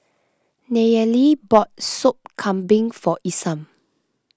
Nayely bought Sop Kambing for Isam